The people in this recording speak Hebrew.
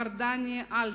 מר דני אלטר,